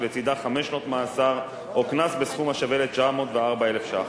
שלצדה חמש שנות מאסר או קנס בסכום השווה היום ל-904,000 ש"ח.